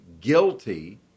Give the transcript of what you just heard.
guilty